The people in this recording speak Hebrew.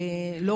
לא